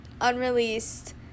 unreleased